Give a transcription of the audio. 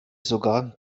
sogar